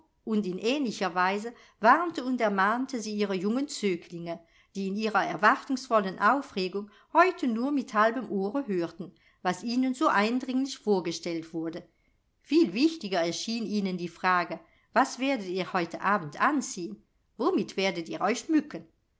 und in ähnlicher weise warnte und ermahnte sie ihre jungen zöglinge die in ihrer erwartungsvollen aufregung heute nur mit halbem ohre hörten was ihnen so eindringlich vorgestellt wurde viel wichtiger erschien ihnen die frage was werdet ihr heute abend anziehen womit werdet ihr euch schmücken